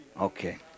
okay